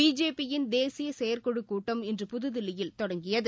BJP யின் தேசியசெயற்குழுக் கூட்டம் இன்று புதுதில்லியில் தொடங்கியது